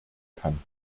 kann